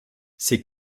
ces